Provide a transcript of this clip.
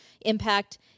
impact